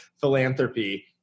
philanthropy